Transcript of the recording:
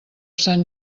sant